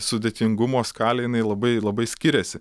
sudėtingumo skalė jinai labai labai skiriasi